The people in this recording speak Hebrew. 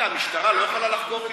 לא, רגע, המשטרה לא יכולה לחקור?